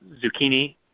zucchini